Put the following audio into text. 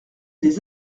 des